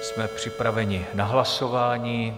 Jsme připraveni na hlasování.